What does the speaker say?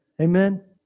Amen